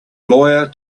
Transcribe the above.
lawyer